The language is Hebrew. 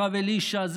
הרב אלישע,